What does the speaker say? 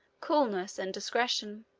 coolness, and discretion.